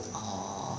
orh